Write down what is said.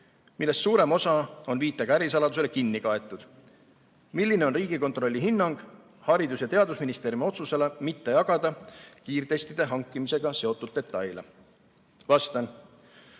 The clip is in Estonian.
millest suurem osa on viitega ärisaladusele kinni kaetud. Milline on Riigikontrolli hinnang Haridus‑ ja Teadusministeeriumi otsusele mitte jagada kiirtestide hankimisega seotud detaile? Vastan.